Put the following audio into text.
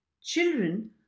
Children